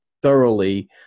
thoroughly